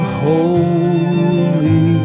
holy